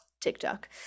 TikTok